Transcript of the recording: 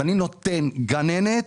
ואני נותן גננת,